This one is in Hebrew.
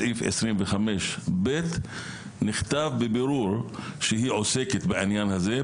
סעיף 25(ב) נכתב בבירור שהיא עוסקת בעניין הזה,